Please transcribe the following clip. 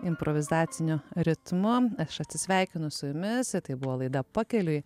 improvizaciniu ritmu aš atsisveikinu su jumis tai buvo laida pakeliui